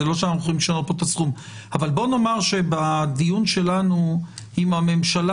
נוכל להיות בסיג ושיח האם שווה למשך